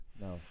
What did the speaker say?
No